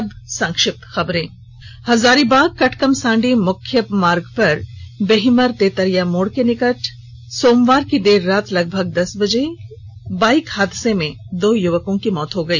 अब संक्षिप्त खबरें हजारीबाग कटकमसांडी मुख्य पथ पर बहिमर तेतरिया मोड़ के समीप सोमवार की देर रात लगभग दस बजे एक बाइक हादसे में दो युवको की मौत हो गई